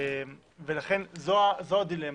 זו הדילמה